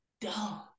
dumb